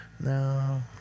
No